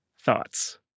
Thoughts